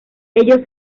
ello